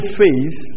faith